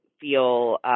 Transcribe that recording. feel